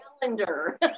calendar